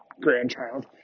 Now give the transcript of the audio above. grandchild